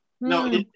No